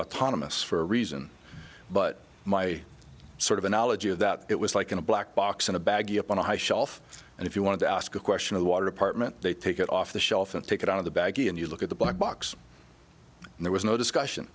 autonomous for a reason but my sort of analogy of that it was like in a black box in a bag up on a high shelf and if you wanted to ask a question of the water department they take it off the shelf and take it out of the bag and you look at the black box and there was no discussion